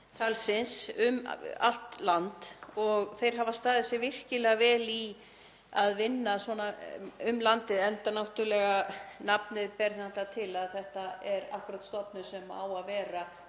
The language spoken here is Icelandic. talsins um allt land. Þeir hafa staðið sig virkilega vel í að vinna svona um landið enda náttúrlega ber nafnið það til að þetta er akkúrat stofnun sem á að vera